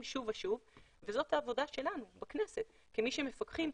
שוב ושוב וזאת העבודה שלנו בכנסת כמי שמפקחים,